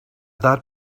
that